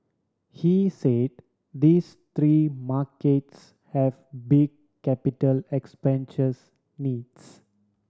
he said these three markets have big capital expenditures needs